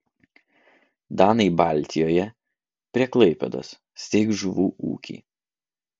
danai baltijoje prie klaipėdos steigs žuvų ūkį